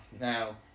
now